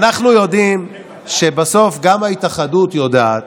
אנחנו יודעים שבסוף גם ההתאחדות יודעת